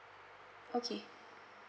okay